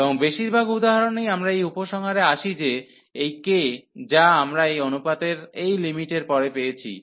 এবং বেশিরভাগ উদাহরণেই আমরা এই উপসংহারে আসি যে এই k যা আমরা এই অনুপাতের এই লিমিটের পরে পেয়েছি